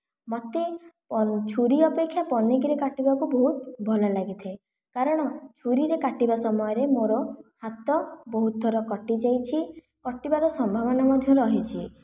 ମୋତେ ଛୁରୀ ଅପେକ୍ଷା ପନିକିରେ କାଟିବାକୁ ବହୁତ ଭଲ ଲାଗିଥାଏ କାରଣ ଛୁରୀରେ କାଟିବା ସମୟରେ ମୋର ହାତ ବହୁତ ଥର କଟି ଯାଇଛି କଟିବାର ସମ୍ଭାବନା ମଧ୍ୟ ରହିଛି